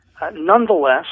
Nonetheless